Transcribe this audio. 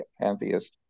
pantheist